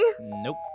Nope